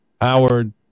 Howard